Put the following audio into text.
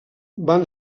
van